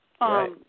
Right